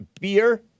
beer